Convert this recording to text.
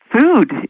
food